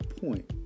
point